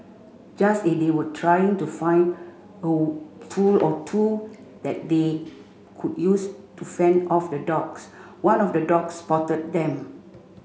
just as they were trying to find oh tool or two that they could use to fend off the dogs one of the dogs spotted them